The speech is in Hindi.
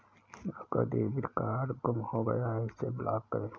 आपका डेबिट कार्ड गुम हो गया है इसे ब्लॉक करें